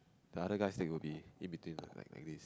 the other guy's leg will be in between one like like this